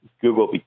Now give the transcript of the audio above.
Google